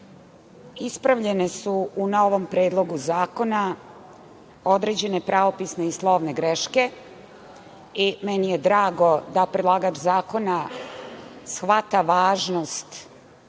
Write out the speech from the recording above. ispravljene su u ovom predlogu zakona određene pravopisne i slovne greške. Drago mi je da predlagač zakona shvata važnost